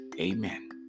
Amen